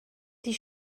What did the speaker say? die